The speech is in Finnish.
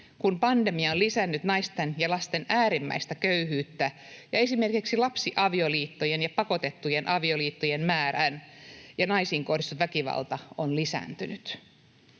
kun pandemia on lisännyt naisten ja lasten äärimmäistä köyhyyttä ja esimerkiksi lapsiavioliittojen ja pakotettujen avioliittojen määrä ja naisiin kohdistuva väkivalta on lisääntynyt.